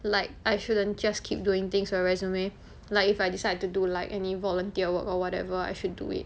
like I shouldn't just keep doing things for resume like if I decide to do like any volunteer work or whatever I should do it